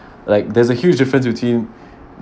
like there's a huge difference between